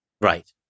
Right